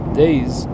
days